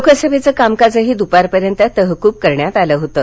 लोकसभेचं कामकाजही दुपारपर्यंत तहकूब करण्यात आलं होतं